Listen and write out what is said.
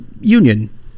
union